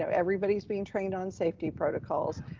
so everybody's being trained on safety protocols.